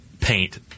paint